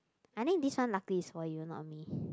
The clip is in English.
I think this one luckily is for you not me